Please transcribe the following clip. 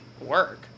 work